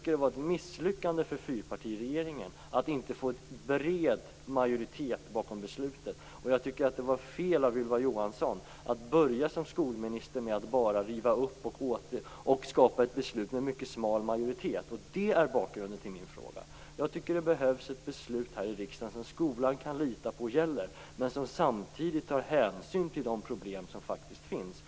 Det var ett misslyckande för fyrpartiregeringen att man inte lyckades få en bred majoritet bakom beslutet, och det var fel av Ylva Johansson att börja som skolminister med att bara riva upp och skapa ett beslut med mycket smal majoritet. Det är bakgrunden till min fråga. Det behövs ett beslut här i riksdagen som skolan kan lita på gäller men som samtidigt tar hänsyn till de problem som faktiskt finns.